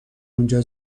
اونجا